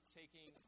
taking